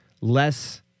less